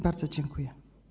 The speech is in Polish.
Bardzo dziękuję.